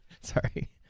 Sorry